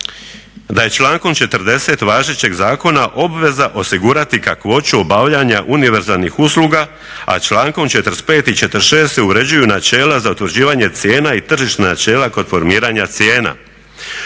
da je člankom 40. važećeg zakona obveza osigurati kakvoću obavljanja univerzalnih usluga a člankom 45. i 46. se uređuju načela za utvrđivanje cijena i tržišna načela kod formiranja cijena.